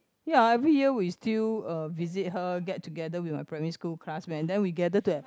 ya every year we still uh visit her get together with my primary school classmate and then we gather to have